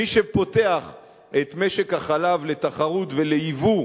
מי שפותח את משק החלב לתחרות וליבוא,